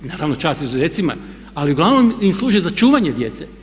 Naravno čast izuzecima, ali uglavnom im služi za čuvanje djece.